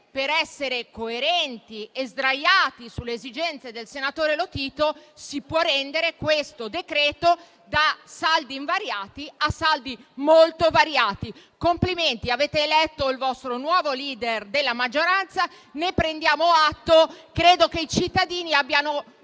per essere coerenti e sdraiati sulle esigenze del senatore Lotito, si può rendere questo decreto-legge da saldi invariati a saldi molto variati. Complimenti, avete eletto il vostro nuovo *leader* della maggioranza e ne prendiamo atto. Credo che i cittadini abbiano